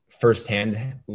firsthand